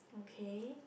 okay